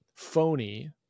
Phony